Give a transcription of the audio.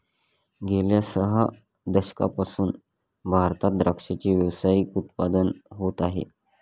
गेल्या सह दशकांपासून भारतात द्राक्षाचे व्यावसायिक उत्पादन होत आहे